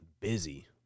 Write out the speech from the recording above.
busy